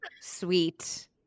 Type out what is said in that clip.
sweet